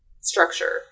structure